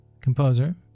composer